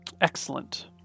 excellent